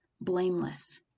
blameless